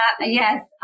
Yes